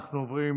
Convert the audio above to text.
אנחנו עוברים